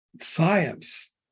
science